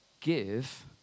give